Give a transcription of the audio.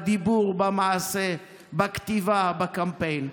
בדיבור, במעשה, בכתיבה, בקמפיין.